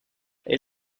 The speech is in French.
est